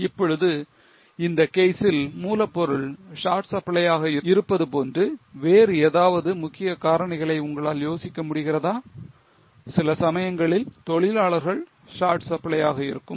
இப்பொழுது இந்த கேஸ்சில் மூலப்பொருள் short supply ஆக இருப்பது போன்று வேறு ஏதாவது முக்கிய காரணிகளை உங்களை யோசிக்க முடிகிறதா சில சமயங்களில் தொழிலாளர்கள் short supply ஆக இருக்கும்